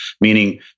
Meaning